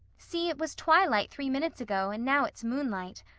see, it was twilight three minutes ago and now it's moonlight.